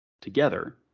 together